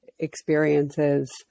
experiences